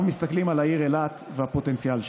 מסתכלים על העיר אילת והפוטנציאל שלה.